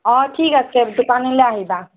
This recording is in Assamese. অঁ ঠিক আছে দোকানলৈ আহিবা